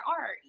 art